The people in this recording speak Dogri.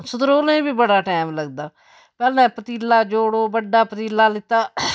सतरोले गी बी बड़ा टैम लगदा पैह्ला पतीला जोड़ो बड्डा पतीला लैत्ता